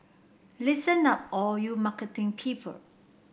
listen up all you marketing people